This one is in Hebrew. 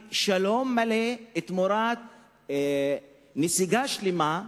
שלום מלא תמורת נסיגה שלמה,